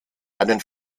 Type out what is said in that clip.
einen